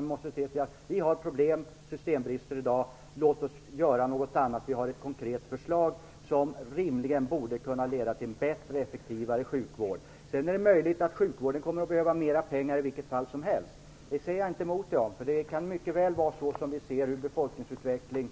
Vi måste säga att vi har problem med systembrister i dag och att vi skall göra något annat. Vi har ett konkret förslag som rimligen borde kunna leda till en bättre och effektivare sjukvård. Sedan är det möjligt att sjukvården kommer att behöva mer pengar i vilket fall som helst. I fråga om detta säger jag inte emot Stig Sandström. Det kan mycket väl bli så med tanke på befolkningsutveckling